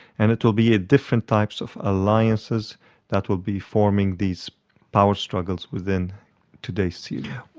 and it will be ah different types of alliances that will be forming these power struggles within today's syria.